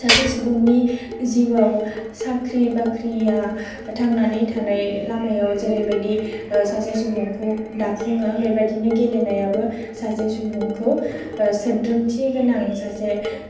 सासे सुबुंनि जिवाव साख्रि बाख्रिया थांनानै थानाय लामायाव जेरैबायदि सासे सुबुंखौ दाफुङो बेबायदिनो गेलेनायाबो सासे सुबुंखौ सोद्रोमथि गोनां सासे